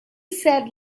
said